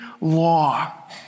Law